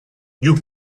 you